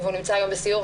הוא נמצא היום בסיור,